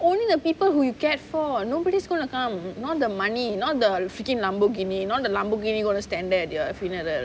only the people who you cared for nobody is going to come not the money not the freaking lamborghini not the lamborghini going to stand there at your funeral